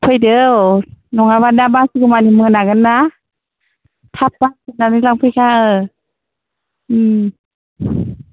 फैदो औ नङाबा दा बासिगौ मानि मोनागोनना थाब बासिनानै लांफैखा